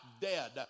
dead